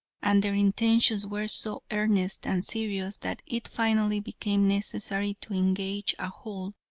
and their intentions were so earnest and serious, that it finally became necessary to engage a hall,